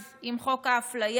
אז, עם חוק האפליה,